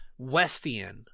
Westian